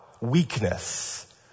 Weakness